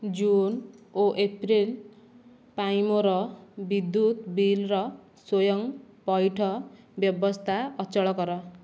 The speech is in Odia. ଜୁନ ଓ ଏପ୍ରିଲ ପାଇଁ ମୋ'ର ବିଦ୍ୟୁତ ବିଲର ସ୍ଵୟଂ ପଇଠ ବ୍ୟବସ୍ଥା ଅଚଳ କର